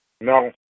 No